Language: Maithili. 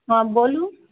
हँ बोलु